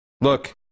look